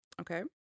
Okay